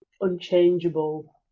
unchangeable